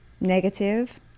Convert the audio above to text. negative